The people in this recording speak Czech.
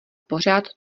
pořád